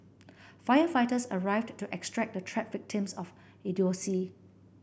firefighters arrived to extract the trapped victims of idiocy